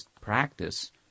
practice